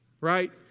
right